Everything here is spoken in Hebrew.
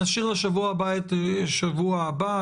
נשאיר לשבוע הבא את שבוע הבא,